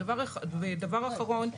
דבר אחרון.